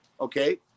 okay